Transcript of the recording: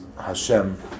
Hashem